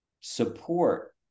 support